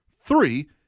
Three